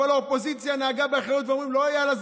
אבל האופוזיציה נהגה באחריות ואמרה: לא יאללה,